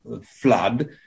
flood